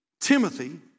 Timothy